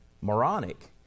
moronic